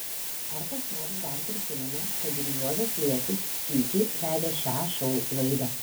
ar kas nors dar prisimena kad ir juozas liesis sykį vedė šią šou laidą